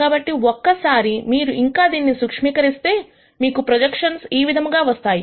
కాబట్టి ఒక్కసారి మీరు ఇంకా దీనిని సూక్ష్మీకరిస్తే మీకు ప్రొజెక్షన్స్ ఈ విధంగా వస్తాయి